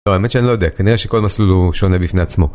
לא, האמת שאני לא יודע, כנראה שכל מסלול הוא שונה בפני עצמו.